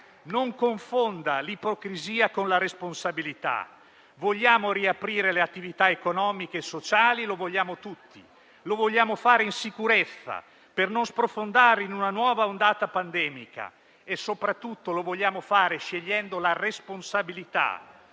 Non confonda l'ipocrisia con la responsabilità. Vogliamo riaprire le attività economiche e sociali, lo vogliamo tutti; lo vogliamo fare in sicurezza per non sprofondare in una nuova ondata pandemica, e soprattutto lo vogliamo fare scegliendo la responsabilità.